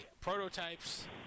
prototypes